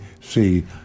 see